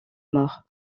mort